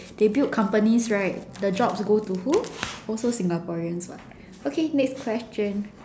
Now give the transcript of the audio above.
they build companies right the jobs goes to who also Singaporeans [what] okay next question